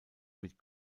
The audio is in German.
mit